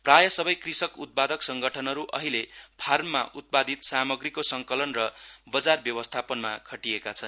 प्राय सबै कृषक उत्पादक सङ्गठनहरू अहिले फार्मबाट उत्पादित सामाग्रीको संकलन र बजार व्यवस्थापनमा खटिएका छन्